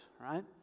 right